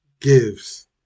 Gives